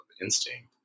instinct